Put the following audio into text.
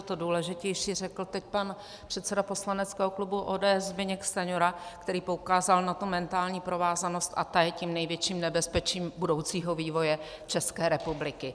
To důležitější řekl teď pan předseda poslaneckého klubu ODS Zbyněk Stanjura, který poukázal na tu mentální provázanost, a ta je tím největším nebezpečím budoucího vývoje České republiky.